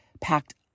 packed